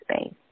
space